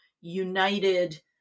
united